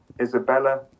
Isabella